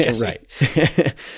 Right